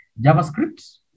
JavaScript